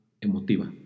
emotiva